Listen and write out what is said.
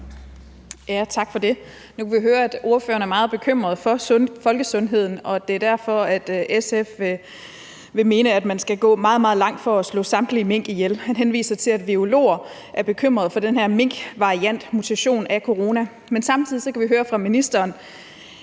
(V): Tak for det. Nu kan vi høre, at ordføreren er meget bekymret for folkesundheden, og at det er derfor, at SF vil mene, at man skal gå meget, meget langt for at slå samtlige mink ihjel. Han henviser til, at biologer er bekymrede for den her minkvariant; mutation af corona. Men samtidig kan vi høre fra ministeren,